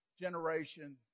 generation